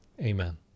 Amen